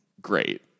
great